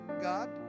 God